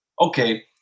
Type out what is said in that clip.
okay